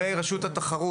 לגבי רשות התחרות.